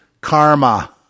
karma